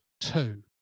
two